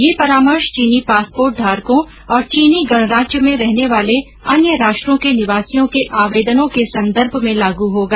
यह परामर्श चीनी पासपोर्ट धारकों और चीनी गणराज्य में रहने वाले अन्य राष्ट्रों के निवासियों के आवेदनों के संदर्भ में लागू होगा